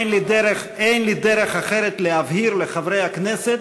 זה לא, אין לי דרך אחרת להבהיר לחברי הכנסת